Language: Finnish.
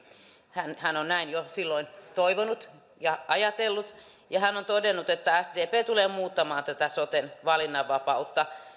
hän hän on näin jo silloin toivonut ja ajatellut ja hän on todennut että sdp tulee muuttamaan tätä soten valinnanvapautta